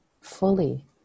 fully